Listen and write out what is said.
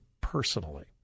personally